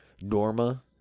Norma